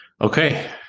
Okay